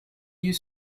you